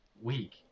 week